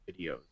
videos